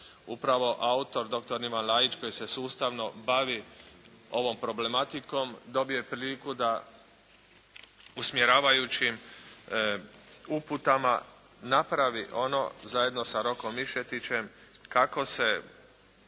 razumije./… Laić koji se sustavno bavi ovom problematikom dobio je priliku da usmjeravajući uputama napravi ono zajedno sa Rokom Mišetićem kako se